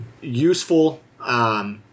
useful